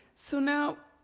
so now,